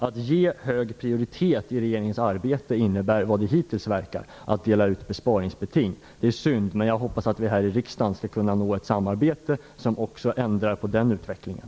Att ge hög prioritet i regeringens arbete, verkar hittills innebära att man delar ut besparingsbeting. Det är synd, men jag hoppas att vi här i riksdagen skall kunna nå ett samarbete som också ändrar på den utvecklingen.